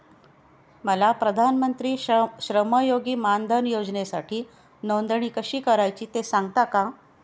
मला प्रधानमंत्री श्रमयोगी मानधन योजनेसाठी नोंदणी कशी करायची ते सांगता का?